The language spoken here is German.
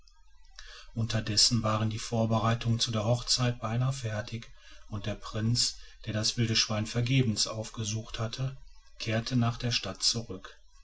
unterdessen waren die vorbereitungen zu der hochzeit beinahe fertig und der prinz der das wilde schwein vergebens aufgesucht hatte kehrte nach der stadt zurück